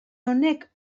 honek